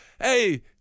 Hey